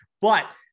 But-